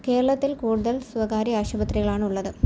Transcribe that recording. കേരളത്തിൽ കൂടുതൽ സ്വകാര്യ ആശുപത്രികളാണുള്ളത്